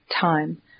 time